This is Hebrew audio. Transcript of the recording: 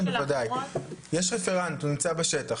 יש רפרנט, הוא נמצא בשטח.